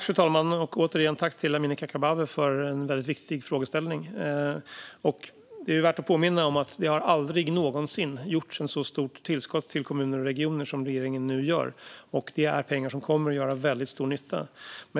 Fru talman! Jag riktar återigen ett tack till Amineh Kakabaveh för att hon tar upp en viktig frågeställning. Det är värt att påminna om att det aldrig någonsin har getts ett så stort tillskott till kommuner och regioner som regeringen nu ger. Det är pengar som kommer att göra väldigt stor nytta.